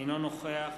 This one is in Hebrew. אינו נוכח